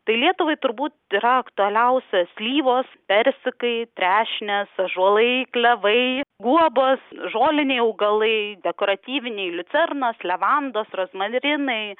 tai lietuvai turbūt yra aktualiausia slyvos persikai trešnės ąžuolai klevai guobos žoliniai augalai dekoratyviniai liucernos levandos rozmarinai